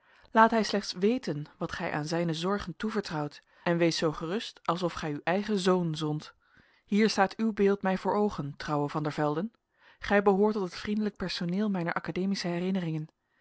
laat hij slechts weten wat gij aan zijne zorgen toevertrouwt en wees zoo gerust als of gij uw eigen zoon zondt hier staat uw beeld mij voor oogen trouwe van der velden gij behoort tot het vriendelijk personeel mijner academische herinneringen